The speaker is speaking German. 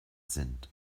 sind